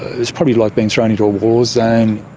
it's probably like being thrown into a war zone.